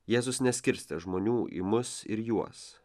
jėzus neskirstė žmonių į mus ir juos